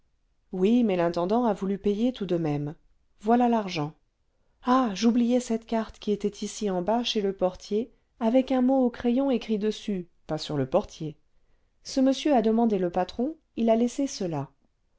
oui mais l'intendant a voulu payer tout de même voilà l'argent ah j'oubliais cette carte qui était ici en bas chez le portier avec un mot au crayon écrit dessus pas sur le portier ce monsieur a demandé le patron il a laissé cela